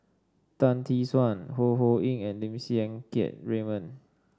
Tan Tee Suan Ho Ho Ying and Lim Siang Keat Raymond